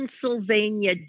Pennsylvania